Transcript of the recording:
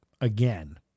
again